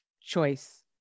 choice